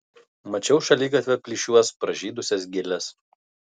mačiau šaligatvio plyšiuos pražydusias gėles